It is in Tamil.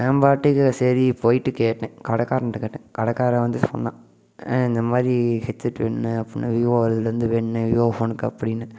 நான் பாட்டுக்கு சரி போயிட்டு கேட்டேன் கடைக்காரன்ட்ட கேட்டேன் கடைக்காரன் வந்து சொன்னான் இந்த மாதிரி ஹெட்செட் வேணுண்ணே அப்படின்ன வீவோ அதுலேருந்து வேணுண்ணே வீவோ ஃபோனுக்கு அப்படின்னு